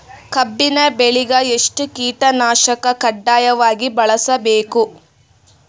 ಕಬ್ಬಿನ್ ಬೆಳಿಗ ಎಷ್ಟ ಕೀಟನಾಶಕ ಕಡ್ಡಾಯವಾಗಿ ಬಳಸಬೇಕು?